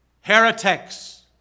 Heretics